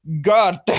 God